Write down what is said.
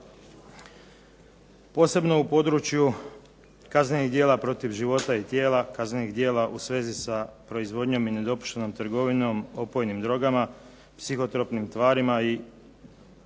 posebno u području kaznenih djela protiv života i tijela, kaznenih djela u svezi sa proizvodnjom i nedopuštenom trgovinom opojnim drogama, psihotropnim tvarima itd.,